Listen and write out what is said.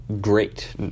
great